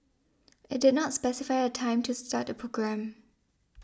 it did not specify a time to start the programme